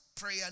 prayer